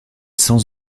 sans